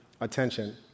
attention